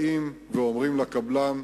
באים ואומרים לקבלן: